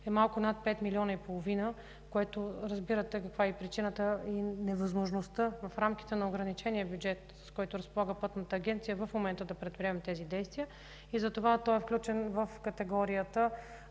е малко над 5,5 милиона, което разбира се е причината за невъзможността в рамките на ограничения бюджет, с който разполага Пътната агенция в момента, да предприемем тези действия. Затова той е включен в категорията